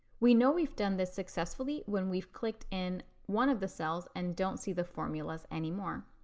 we know we've done this successfully when we've clicked in one of the cells and don't see the formulas anymore.